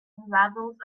waddles